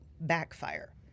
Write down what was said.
backfire